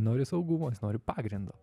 nori saugumo jis nori pagrindo